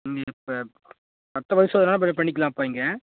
நீ இப்போ மற்ற பரிசோதனை எதனால் இப்போ இதை பண்ணிக்கலாம்ப்பா இங்கே